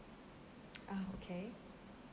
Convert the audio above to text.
ah okay